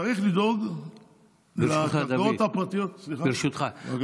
צריך לדאוג לקרקעות הפרטיות, ברשותך, דוד.